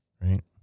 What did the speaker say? Right